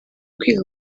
kwiga